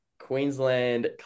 Queensland